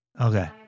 Okay